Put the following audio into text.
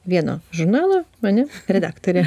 vieno žurnalo ane redaktorė